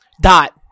Dot